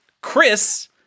Chris